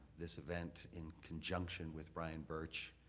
this event in conjunction with brian birch